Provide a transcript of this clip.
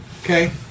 Okay